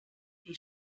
les